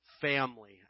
family